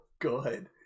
good